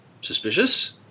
Suspicious